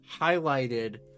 highlighted